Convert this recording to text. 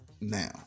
now